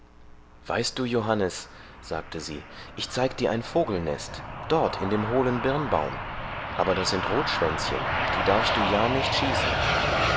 weißt du johannes sagte sie ich zeig dir ein vogelnest dort in dem hohlen birnbaum aber das sind rotschwänzchen die darfst du ja nicht schießen